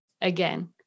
again